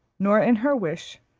nor in her wish,